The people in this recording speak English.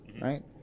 right